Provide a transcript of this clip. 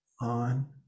on